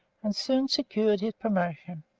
and soon secured his promotion.